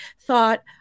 thought